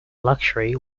luxury